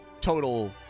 total